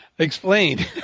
Explain